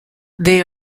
they